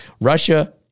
Russia